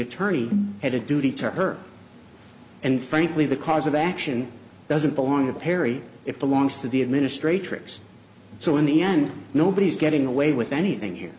attorney had a duty to her and frankly the cause of action doesn't belong to perry it belongs to the administrators so in the end nobody's getting away with anything here